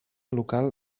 local